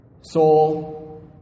soul